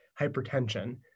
hypertension